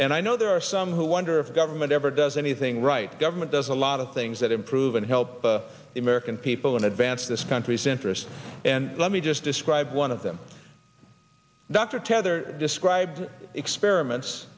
and i know there are some who wonder if government ever does anything right government does a lot of things that improve and help the american people and advance this country's interest and let me just describe one of them dr teather describe experiments